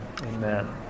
Amen